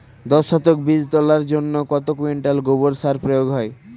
দশ শতক বীজ তলার জন্য কত কুইন্টাল গোবর সার প্রয়োগ হয়?